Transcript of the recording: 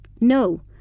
No